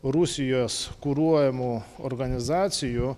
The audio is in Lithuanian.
rusijos kuruojamų organizacijų